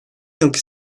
yılki